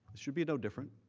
should be no different.